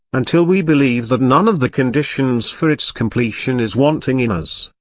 until we believe that none of the conditions for its completion is wanting in us,